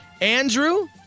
Andrew